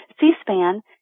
C-SPAN